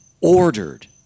ordered